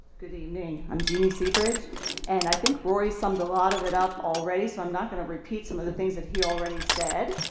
good evening i'm jeanie seabridge and i think rory summed a lot of it up already so i'm not going to repeat some of the things that he already said.